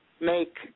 make